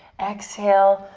exhale,